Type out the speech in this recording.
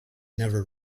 never